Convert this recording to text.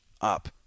up